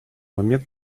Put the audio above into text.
момент